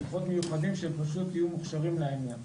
כוחות מיוחדים שפשוט יהיו מוכשרים לעניין.